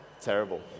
terrible